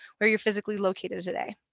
where you're physically located today.